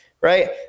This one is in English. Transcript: right